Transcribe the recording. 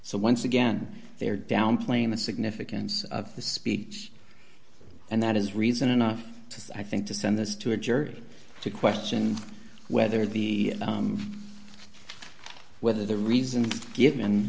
so once again they're downplaying the significance of the speech and that is reason enough i think to send this to a jury to question whether the whether the reasons given